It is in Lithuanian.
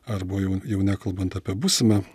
arba jau jau nekalbant apie būsimą